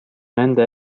nende